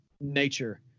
nature